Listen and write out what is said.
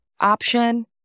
option